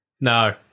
No